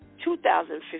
2015